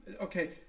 Okay